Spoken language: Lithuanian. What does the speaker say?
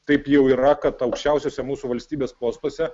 taip jau yra kad aukščiausiuose mūsų valstybės postuose